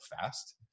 fast